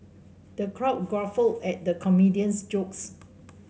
the crowd guffawed at the comedian's jokes